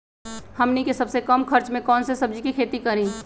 हमनी के सबसे कम खर्च में कौन से सब्जी के खेती करी?